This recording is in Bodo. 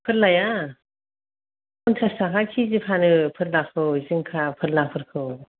फोरलाया फनसास थाखा केजि फानो फोरलाखौ जिंखा फोरलाफोरखौ